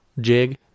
jig